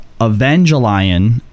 Evangelion